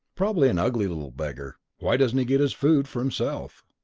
probably an ugly little beggar. why doesn't he get his food for himself?